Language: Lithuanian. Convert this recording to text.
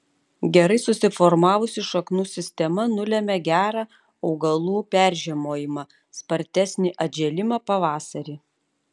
gerai susiformavusi šaknų sistema nulemia gerą augalų peržiemojimą spartesnį atžėlimą pavasarį